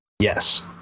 yes